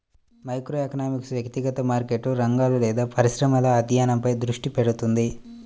microeconomics వ్యక్తిగత మార్కెట్లు, రంగాలు లేదా పరిశ్రమల అధ్యయనంపై దృష్టి పెడుతుంది